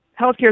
healthcare